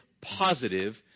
positive